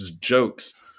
jokes